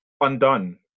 undone